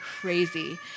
crazy